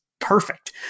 Perfect